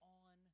on